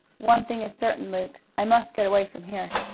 one thing is certain, luke. i must get away from here.